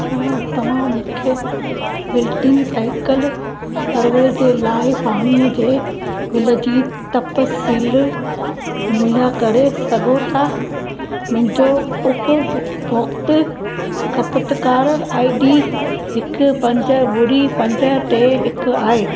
छा तव्हां मूंखे बिलिंग साइकल फरवरी जे लाइ पाणीअ जे बिल जी तफ़सील मुहैया करे सघो था मुंहिंजो उपभोक्ता खपतकारु आई डी हिकु पंज ॿुड़ी पंज टे हिकु आहे